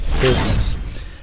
business